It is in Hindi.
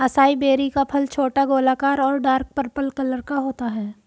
असाई बेरी का फल छोटा, गोलाकार और डार्क पर्पल कलर का होता है